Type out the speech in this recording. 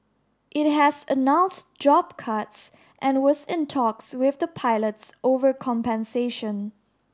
it has announced job cuts and was in talks with the pilots over compensation